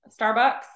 Starbucks